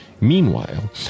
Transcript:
Meanwhile